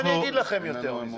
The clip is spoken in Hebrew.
מה אני אגיד לכם יותר מזה?